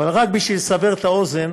אבל רק בשביל לסבר את האוזן,